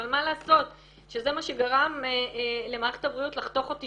אבל מה לעשות שזה מה שגרם למערכת הבריאות לחתוך אותי